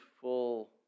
full